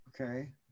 Okay